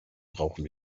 brauchen